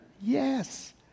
Yes